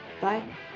Bye